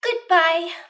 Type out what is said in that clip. Goodbye